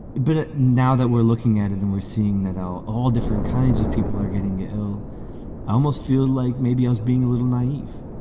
but now that we're looking at it and we're seeing that our all different kinds of people are getting ill, i almost feel like maybe us being a little naive